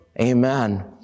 Amen